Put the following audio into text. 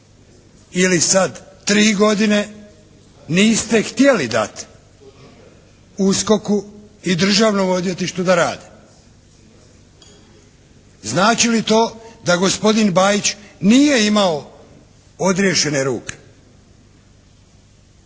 ili sad tri godine niste htjeli dati USKOK-u i Državnom odvjetništvu da rade. Znači li to da gospodin Bajić nije imao odriješene ruke?